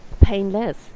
painless